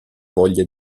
voglia